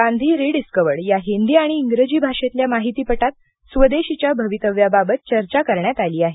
Gandhi rediscovered या हिंदी आणि इंग्रजी भाषेतल्या माहितीपटात स्वदेशीच्या भवितव्याबाबत चर्चा करण्यात आली आहे